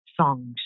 songs